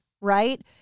right